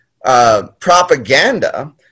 Propaganda